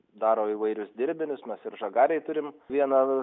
daro įvairius dirbinius mes ir žagarėj turim vieną